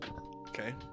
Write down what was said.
Okay